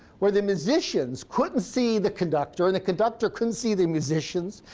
where the musicians couldn't see the conductor and the conductor couldn't see the musicians,